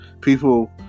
people